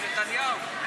של נתניהו.